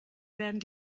werden